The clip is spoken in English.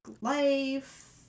life